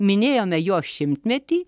minėjome jo šimtmetį